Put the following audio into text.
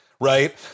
right